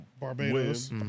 Barbados